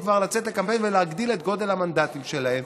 כבר לצאת לקמפיין ולהגדיל את מספר המנדטים שלהן,